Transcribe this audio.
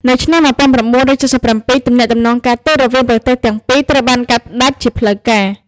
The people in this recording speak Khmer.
នៅឆ្នាំ១៩៧៧ ទំនាក់ទំនងការទូតរវាងប្រទេសទាំងពីរត្រូវបានកាត់ផ្ដាច់ជាផ្លូវការ។